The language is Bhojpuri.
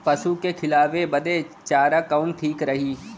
पशु के खिलावे बदे चारा कवन ठीक रही?